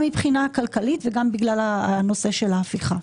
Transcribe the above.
גם מבחינה כלכלית וגם בגלל הנושא של ההפיכה.